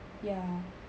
ya